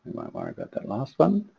worry about that last one.